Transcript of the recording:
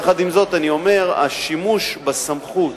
עם זאת, אני אומר, השימוש בסמכות,